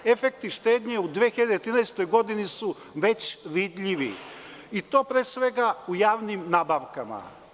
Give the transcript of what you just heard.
Efekti štednje u 2013. godini su već vidljivi i to pre svega u javnim nabavkama.